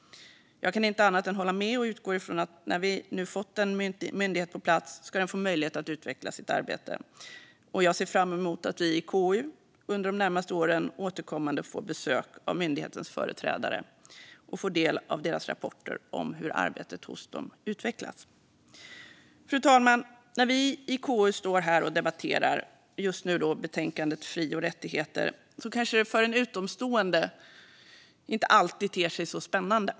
Jag kan inte annat än hålla med och utgår från att myndigheten, när vi nu fått den på plats, ska få möjlighet att utveckla sitt arbete. Jag ser fram emot att vi i KU under de närmaste åren återkommande får besök av myndighetens företrädare och får ta del av deras rapporter om hur arbetet hos dem utvecklas. Fru talman! När vi i KU står här och debatterar - just nu betänkandet Fri och rättigheter m.m. - kanske det för en utomstående inte alltid ter sig så spännande.